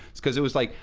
because it was like,